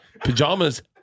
pajamas